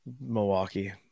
Milwaukee